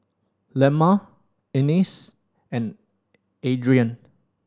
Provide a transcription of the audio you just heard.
Lemma Ennis and Adrien